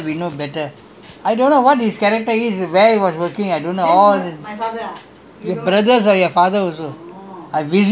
nonsense we are doesn't mean we talk like that we know better I don't know what his character is where was he working I don't know all